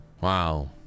Wow